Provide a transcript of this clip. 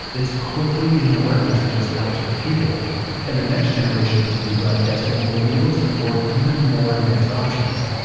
it's quickly getting alert messages out to the people and the next generation of tv broadcasting will be able to support even more advanced options